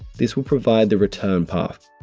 this will provide the return path.